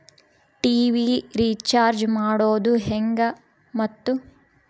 TV recharge ಮಾಡೋದು ಹೆಂಗ ಮತ್ತು?